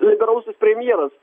liberalusis premjeras